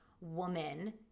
woman